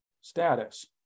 status